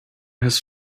his